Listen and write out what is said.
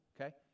Okay